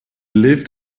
lived